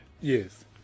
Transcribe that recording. Yes